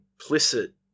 implicit